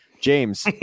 James